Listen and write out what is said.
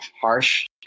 harsh